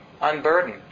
unburdened